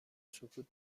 سکوت